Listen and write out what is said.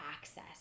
access